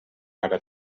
ara